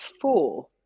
four